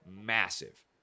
massive